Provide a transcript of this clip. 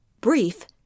Brief